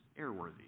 airworthy